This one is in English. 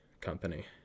company